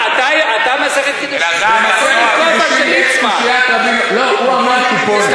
אלעזר, אתה במסכת קידושין, לא, הוא אמר כיפונת.